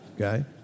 okay